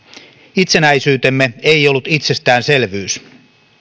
itsenäisyytemme ei ollut itsestäänselvyys